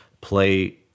play